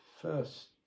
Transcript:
first